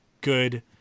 good